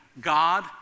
God